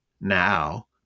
now